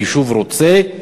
היישוב רוצה.